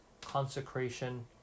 consecration